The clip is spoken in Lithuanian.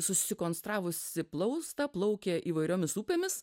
susikonstravusi plaustą plaukia įvairiomis upėmis